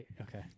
okay